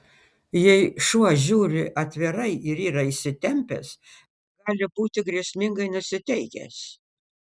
jei šuo žiūri atvirai ir yra įsitempęs gali būti grėsmingai nusiteikęs